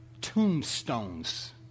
tombstones